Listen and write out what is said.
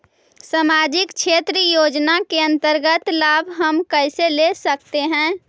समाजिक क्षेत्र योजना के अंतर्गत लाभ हम कैसे ले सकतें हैं?